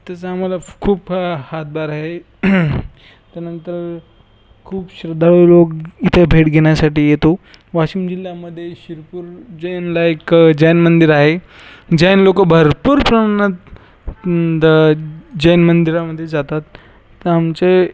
त्याचा आम्हाला खूप हातभार आहे त्यानंतर खूप श्रद्धाळू लोक इथे भेट घेण्यासाठी येतो वाशिम जिल्ह्यामध्ये शिरपूर जैनला एक जैन मंदिर आहे जैन लोकं भरपूर प्रमाणात द जैन मंदिरामध्ये जातात तर आमचे